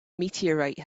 meteorite